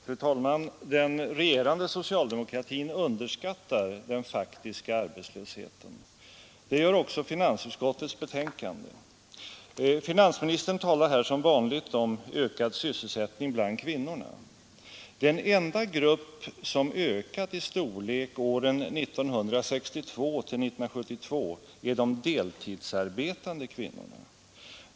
Fru talman! Den regerande socialdemokratin underskattar den faktiska arbetslösheten. Det gör också finansutskottet i sitt betänkande. Finansministern talar här som vanligt om ökande sysselsättning bland kvinnorna. Den enda grupp som ökat i storlek åren 1962—1972 är de deltidsarbetande kvinnorna.